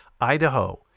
Idaho